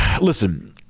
listen